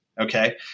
Okay